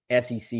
SEC